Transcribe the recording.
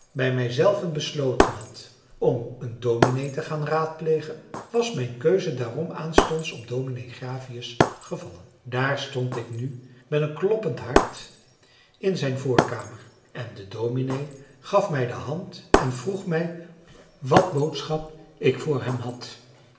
mij zelven besloten had om een dominee te gaan raadplegen was mijn keuze daarom aanstonds op dominee gravius gevallen daar stond ik nu met een kloppend hart in zijn voorkamer en de dominee gaf mij de hand en vroeg mij wat boodschap ik voor hem had